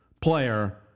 player